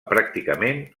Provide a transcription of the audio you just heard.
pràcticament